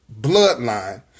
bloodline